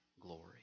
glory